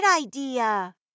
idea